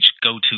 go-to